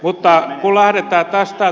mutta kun lähdetään tästä